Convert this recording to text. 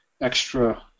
extra